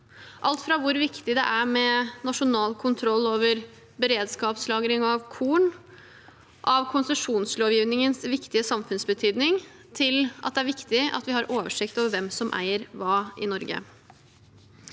alt fra hvor viktig det er med nasjonal kontroll over beredskapslagring av korn, konsesjonslovgivningens viktige samfunnsbetydning til at det er viktig at vi har oversikt over hvem som eier hva i Norge.